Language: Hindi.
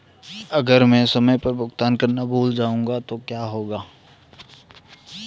अगर मैं समय पर भुगतान करना भूल जाऊं तो क्या होगा?